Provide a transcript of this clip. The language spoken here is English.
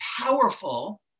powerful